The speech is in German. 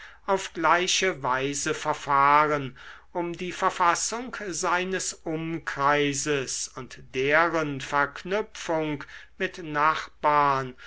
auf gleiche weise verfahren um die verfassung seines umkreises und deren verknüpfung mit nachbarn